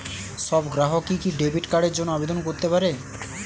সব গ্রাহকই কি ডেবিট কার্ডের জন্য আবেদন করতে পারে?